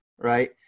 right